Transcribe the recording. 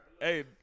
Hey